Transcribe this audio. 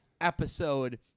episode